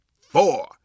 four